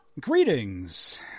Greetings